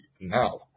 now